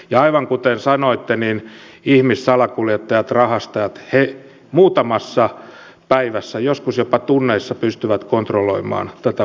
ja aivan kuten sanoitte niin ihmissalakuljettajat rahastajat he muutamassa päivässä joskus jopa tunneissa pystyvät kontrolloimaan tätä muuttovirtaa